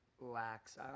lax